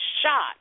shot